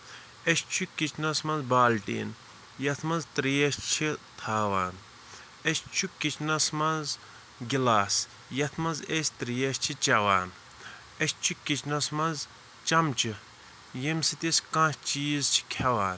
أسۍ چھُ کِچنَس منٛز بالٹیٖن یَتھ منٛز تریش چھِ تھاوان أسۍ چھُ کِچنَس مںٛزح گِلاس یَتھ منٛز أسۍ تریش چھِ چیوان اَسہِ چھُ کِچنَس منٛز چمچہٕ ییٚمہِ سۭتۍ أسۍ کانہہ چیٖز چھِ کھٮ۪وان